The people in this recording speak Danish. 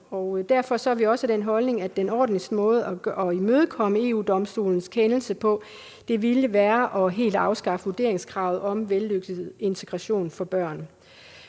Derfor har vi også den holdning, at den mest ordentlige måde at imødekomme EU-Domstolens kendelse på ville være helt at afskaffe vurderingskravet om en vellykket integration for børn.